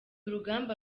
urugamba